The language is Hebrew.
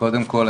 קודם כל,